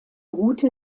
route